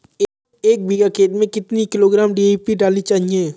एक बीघा खेत में कितनी किलोग्राम डी.ए.पी डालनी चाहिए?